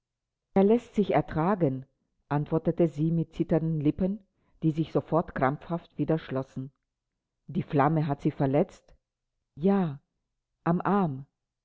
er läßt sich ertragen antwortete sie mit zitternden lippen die sich sofort krampfhaft wieder schlossen die flamme hat sie verletzt ja am arm